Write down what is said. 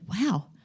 wow